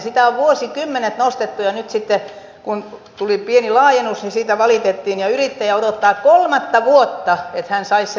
sitä on vuosikymmenet nostettu ja nyt sitten kun tuli pieni laajennus siitä valitettiin ja yrittäjä odottaa kolmatta vuotta että hän saisi sen lisäalueen